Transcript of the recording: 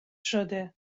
شده